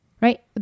right